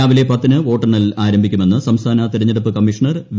രാവിലെ പത്തിന് വോട്ടെണ്ണൽ ആരംഭിക്കുമെന്ന് സംസ്ഥാന തിരഞ്ഞെടുപ്പ് കമ്മീഷണർ വി